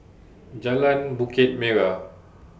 Jalan Bukit Merah